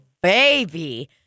Baby